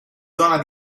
zona